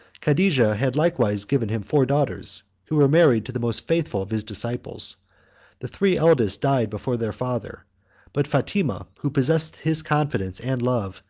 cadijah had likewise given him four daughters, who were married to the most faithful of his disciples the three eldest died before their father but fatima, who possessed his confidence and love,